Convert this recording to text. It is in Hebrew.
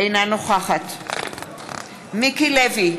אינה נוכחת מיקי לוי,